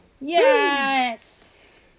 Yes